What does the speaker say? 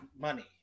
money